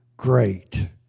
Great